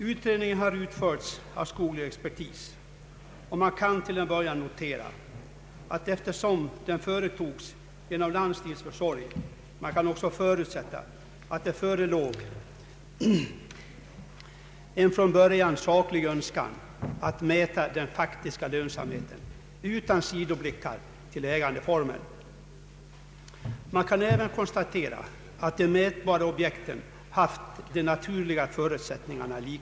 Utredningen har utförts av skoglig expertis, och man kan till en början notera att eftersom den företogs genom landstingets försorg kan man också förutsätta att det förelåg en från början saklig önskan att mäta den faktiska lönsamheten utan sidoblickar på ägandeformer. Man kan även konstatera att de mätbara objekten haft likvärdiga naturliga förutsättningar.